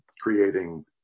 creating